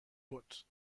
bund